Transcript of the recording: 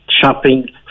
shopping